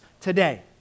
today